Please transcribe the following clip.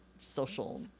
social